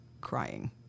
crying